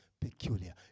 Peculiar